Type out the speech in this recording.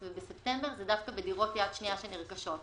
ובספטמבר זה דווקא בדירות יד שנייה שנרכשות.